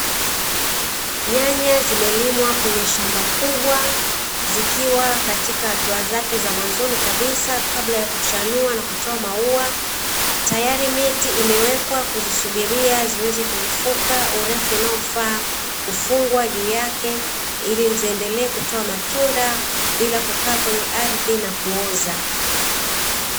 Nyanya zimelimwa kwenye shamba kubwa zikiwa katika hatua zake za mwanzoni kabisa kabla ya kuchanua na kutoa maua, tayari miti imewekwa kuzisubiria ziweze kurefuka urefu unaofaa kufungwa juu yake, ili ziendelee kutoa matunda bila kukaa kwenye ardhi na kuoza.